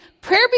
prayer